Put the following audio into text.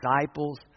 disciples